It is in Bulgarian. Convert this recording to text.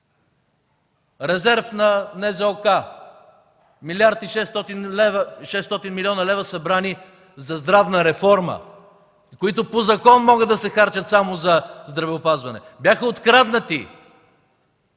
Резерв на НЗОК – милиард и 600 млн. лв., събрани за здравна реформа, които по закон могат да се харчат само за здравеопазване, бяха откраднати.